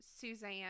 Suzanne